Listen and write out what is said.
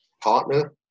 partner